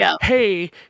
hey